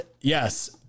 yes